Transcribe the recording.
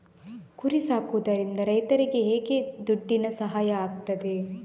ಕುರಿ ಸಾಕುವುದರಿಂದ ರೈತರಿಗೆ ಹೇಗೆ ದುಡ್ಡಿನ ಸಹಾಯ ಆಗ್ತದೆ?